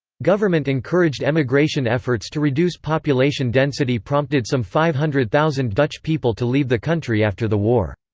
government-encouraged emigration efforts to reduce population density prompted some five hundred thousand dutch people to leave the country after the war.